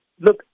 Look